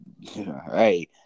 Hey